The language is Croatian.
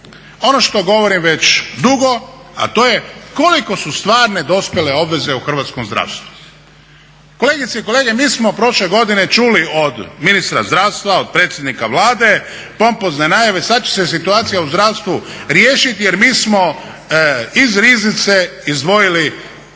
Ono što govorim već dugo, a to je koliko su stvarne dospjele obveze u hrvatskom zdravstvu. Kolegice i kolege, mi smo prošle godine čuli od ministra zdravstva, od predsjednika Vlade pompozne najave sad će se situacija u zdravstvu riješiti jer mi smo iz riznice izdvojili